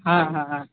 हँ हँ हँ